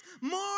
more